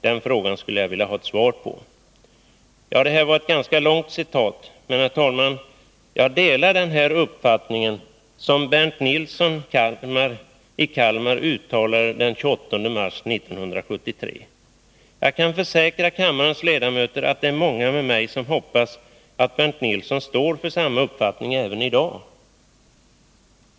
Den frågan skulle jag vilja ha ett svar på.” Herr talman! Detta var ett ganska långt citat, men jag delar den uppfattning som Bernt Nilsson i Kalmar uttalade den 28 mars 1973. Jag kan försäkra kammarens ledamöter att det är många med mig som hoppas att Bernt Nilsson står för samma uppfattning även i dag.